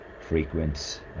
frequent